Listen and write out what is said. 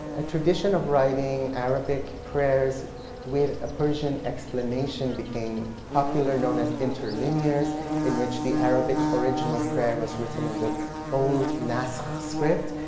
a tradition of writing arabic prayers with a persian explanation, became popularly known as interlinears in which the arabic original prayer was written in the bold naskh script.